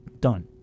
Done